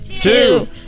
two